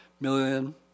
million